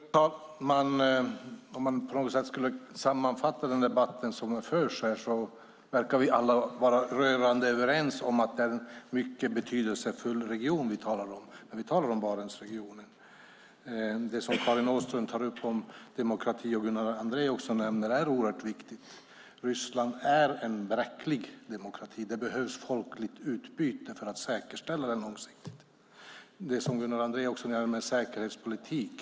Fru talman! För att på något sätt sammanfatta den debatt som förs här kan jag säga att vi alla verkar vara rörande överens om att Barentsregionen är en mycket betydelsefull region. Det som Karin Åström tar upp om demokrati och som Gunnar Andrén också nämner är oerhört viktigt. Ryssland är en bräcklig demokrati. Det behövs folkligt utbyte för att säkerställa den långsiktigt. Gunnar Andrén nämner också säkerhetspolitiken.